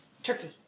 Turkey